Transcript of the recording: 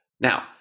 Now